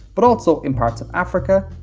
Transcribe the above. but also in parts of africa,